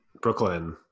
Brooklyn